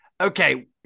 okay